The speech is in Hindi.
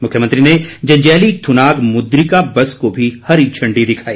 मुख्यमंत्री ने जंजैहली थुनाग मुद्रिका बस को भी हरी झंडी दिखाई